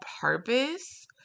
purpose